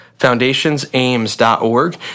FoundationsAIMS.org